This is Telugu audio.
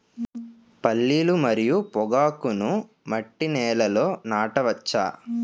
పల్లీలు మరియు పొగాకును మట్టి నేలల్లో నాట వచ్చా?